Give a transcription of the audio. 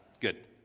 good